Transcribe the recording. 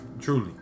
truly